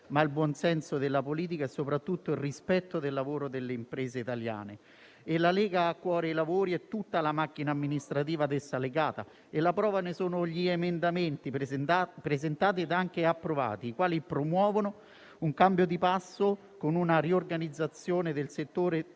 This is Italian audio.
ma il buon senso della politica e soprattutto il rispetto del lavoro delle imprese italiane. La lega ha cuore i lavori e tutta la macchina amministrativa ad essi legata, e la prova ne sono gli emendamenti presentati e anche approvati, i quali promuovono un cambio di passo con una riorganizzazione del settore più